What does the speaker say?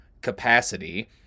capacity